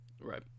Right